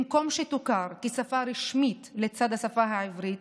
במקום שתוכר כשפה רשמית לצד השפה העברית,